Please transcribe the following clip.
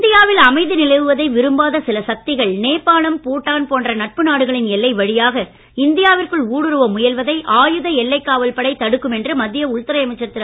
இந்தியாவில் அமைதி நிலவுவதை விரும்பாத சில சக்திகள் நேபாளம் பூடான் போன்ற நட்பு நாடுகளின் எல்லை வழியாக இந்தியாவிற்குள் ஊடுருவ முயல்வதை ஆயுத எல்லைக் காவல் படை தடுக்கும் என்று மத்திய உள்துறை அமைச்சர் திரு